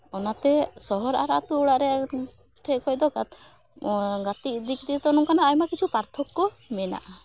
ᱚᱱᱟᱛᱮ ᱥᱚᱦᱚᱨ ᱟᱨ ᱟᱹᱛᱩ ᱚᱲᱟᱜ ᱨᱮᱭᱟᱜ ᱴᱷᱮᱱ ᱠᱷᱚᱱ ᱫᱚ ᱜᱟᱛᱮᱜ ᱫᱤᱠ ᱫᱤᱭᱮ ᱫᱚ ᱱᱚᱝᱠᱟᱱᱟᱜ ᱟᱭᱢᱟ ᱠᱤᱪᱷᱩ ᱯᱟᱨᱛᱷᱚᱠᱠᱚ ᱢᱮᱱᱟᱜᱼᱟ